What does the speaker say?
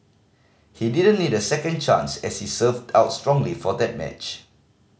he didn't need a second chance as he served out strongly for that match